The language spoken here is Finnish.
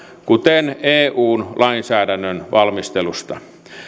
kuten eun lainsäädännön valmistelusta